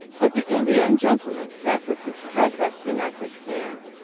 but the indian gentleman sat with his head resting on his hand,